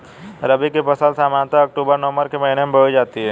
रबी की फ़सल सामान्यतः अक्तूबर नवम्बर के महीने में बोई जाती हैं